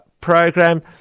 program